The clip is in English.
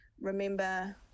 remember